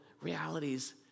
realities